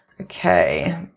Okay